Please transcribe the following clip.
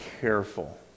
careful